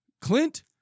Clint